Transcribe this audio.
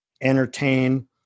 entertain